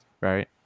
right